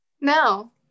No